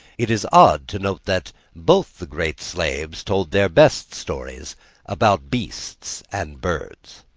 it is odd to note that both the great slaves told their best stories about beasts and birds.